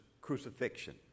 crucifixion